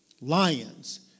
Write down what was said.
lions